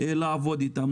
לתקן אותם.